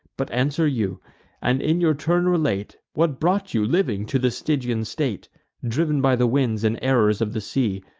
but answer you and in your turn relate, what brought you, living, to the stygian state driv'n by the winds and errors of the sea,